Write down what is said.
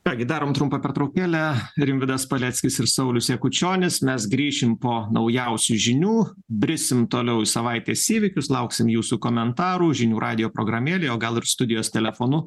ką gi darom trumpą pertraukėlę rimvydas paleckis ir saulius jakučionis mes grįšim po naujausių žinių brisime toliau į savaitės įvykius lauksim jūsų komentarų žinių radijo programėlėje o gal ir studijos telefonu